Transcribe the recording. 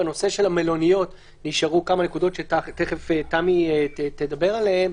בנושא של המלוניות נשארו כמה נקודות שמיד תמי תדבר עליהן,